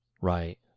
Right